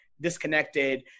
disconnected